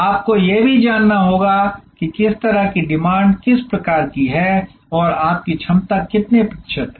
आपको यह भी जानना होगा कि किस तरह की डिमांड किस प्रकार की है और आपकी क्षमता कितने प्रतिशत है